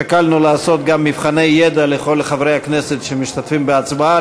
שקלנו לעשות גם מבחני ידע לכל חברי הכנסת שמשתתפים בהצבעה